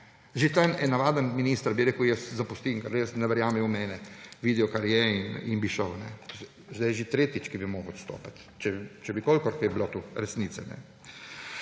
Že tam bi navaden minister rekel – jaz zapustim, ker ne verjamejo v mene, vidijo, kar je; in bi šel. Sedaj že tretjič, ko bi moral odstopiti, če bi kolikor kaj bilo tu resnice.